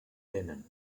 venen